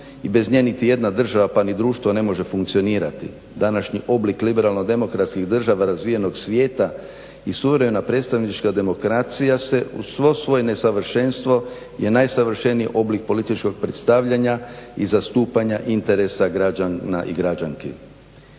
i bez nje niti jedna država pa ni društvo ne može funkcionirati. Današnji oblik liberalno demokratskih država razvijenog svijeta i suverena predstavnička demokracija se u svo svoje nesavršenstvo je najsavršeniji oblik političkog predstavljanja i zastupanja interesa građana i građanki.